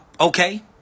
okay